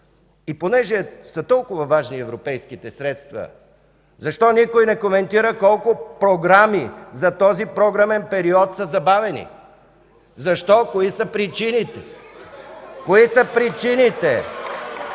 И понеже са толкова важни европейските средства, защо никой не коментира колко програми за този програмен период са забавени. Защо, кои са причините? (Шум, реплики